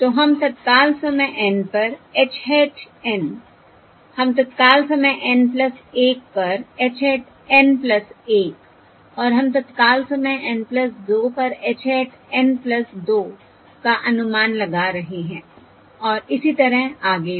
तो हम तत्काल समय N पर h hat N हम तत्काल समय N 1 पर h hat N 1 और हम तत्काल समय N 2 पर h hat N 2 का अनुमान लगा रहे हैं और इसी तरह आगे भी